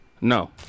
No